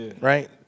right